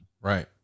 right